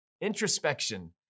introspection